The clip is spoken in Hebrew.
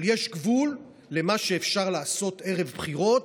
אבל יש גבול למה שאפשר לעשות ערב בחירות